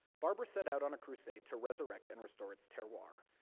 barber set out on a crusade to resurrect and restore its terroir,